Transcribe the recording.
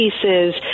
pieces